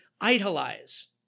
idolize